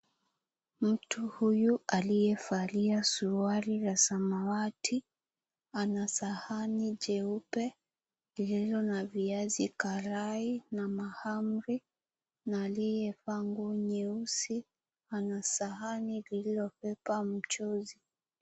Mtu huyu aliyevalia suruali ya samawati ana sahani jeupe lilio na viazi karai na mahamri ,na aliyevaa nguo nyeusi ana sahani lililobeba mchuzi.